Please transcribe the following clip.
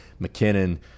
McKinnon